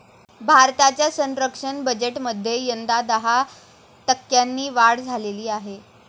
भारताच्या संरक्षण बजेटमध्ये यंदा दहा टक्क्यांनी वाढ झालेली आहे